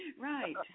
right